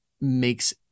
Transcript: makes